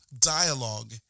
dialogue